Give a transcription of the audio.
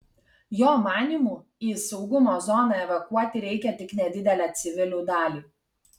jo manymu į saugumo zoną evakuoti reikia tik nedidelę civilių dalį